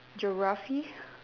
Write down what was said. geography